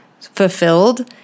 fulfilled